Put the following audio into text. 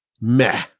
Meh